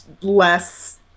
less